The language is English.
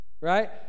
right